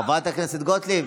חברת הכנסת גוטליב,